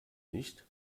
nicht